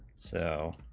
so